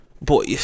Boy